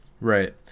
Right